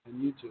YouTube